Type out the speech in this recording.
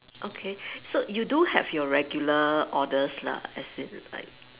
okay so you do have your regular orders lah as in like